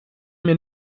mir